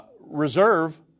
Reserve